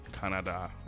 canada